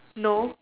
no